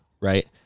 right